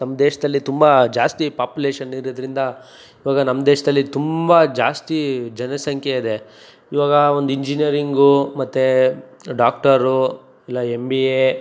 ನಮ್ಮ ದೇಶದಲ್ಲಿ ತುಂಬ ಜಾಸ್ತಿ ಪಾಪ್ಯುಲೇಶನ್ನಿರೋದರಿಂದ ಇವಾಗ ನಮ್ಮ ದೇಶದಲ್ಲಿ ತುಂಬ ಜಾಸ್ತಿ ಜನ ಸಂಖ್ಯೆ ಇದೆ ಇವಾಗ ಒಂದು ಇಂಜಿನಿಯರಿಂಗು ಮತ್ತು ಡಾಕ್ಟರು ಇಲ್ಲ ಎಮ್ ಬಿ ಎ